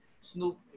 snoop